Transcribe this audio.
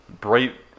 bright